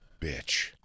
bitch